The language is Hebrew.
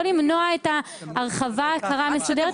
לא למנוע את ההרחבה הזאת,